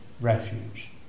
refuge